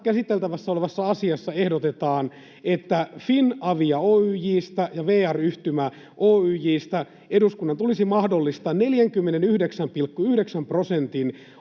käsiteltävänä olevassa asiassa ehdotetaan, että Finavia Oyj:stä ja VR-Yhtymä Oyj:stä eduskunnan tulisi mahdollistaa 49,9 prosentin